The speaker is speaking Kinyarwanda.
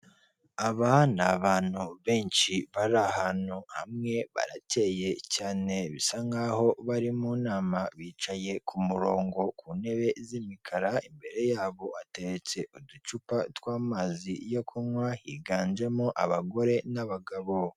Aba ni abantu benshi bari ahantu hamwe barakeye cyane bisa nkaho bari mu nama, bicaye ku murongo ku ntebe z'imikara, imbere yabo hateretse uducupa tw'amazi yo kunywa higanjemo abagore n'abagabo.